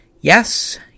yes